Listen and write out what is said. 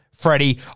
Freddie